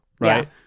right